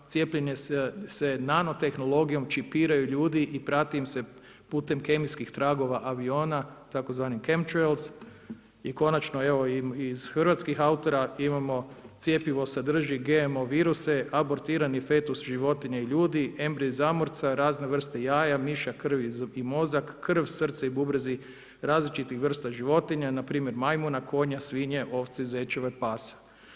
Cijepljenje se nanotehnologijom čipiraju ljudi i prati im se putem kemijskih tragova aviona tzv. … i konačno evo iz hrvatskih autora imamo cjepivo sadrži GMO viruse, abortirani fetus životinja i ljudi, embriji zamorca i razne vrste jaja, miša, krvi i mozak, krv, srce i bubrezi različitih vrsta životinja npr. majmuna, konja, svinja, ovce, zečeva, pasa.